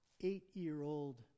Eight-year-old